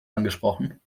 angesprochen